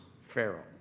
Pharaoh